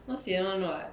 not sian [one] [what]